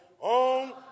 on